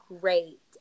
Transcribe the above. great